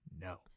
No